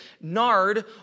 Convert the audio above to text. nard